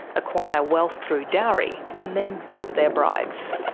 acquire wealth through dowry, and then dump their brides.